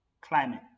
climate